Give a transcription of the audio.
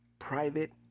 Private